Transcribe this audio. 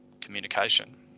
communication